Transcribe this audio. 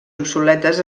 obsoletes